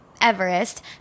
Everest